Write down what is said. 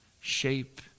shape